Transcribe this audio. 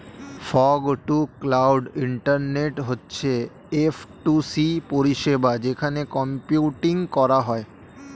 fog to cloud internet হচ্ছে F to C পরিষেবা যেখানে কম্পিউটিং করা হয়